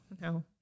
No